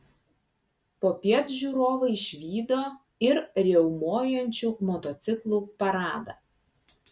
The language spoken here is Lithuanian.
popiet žiūrovai išvydo ir riaumojančių motociklų paradą